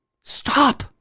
stop